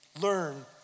learn